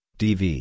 dv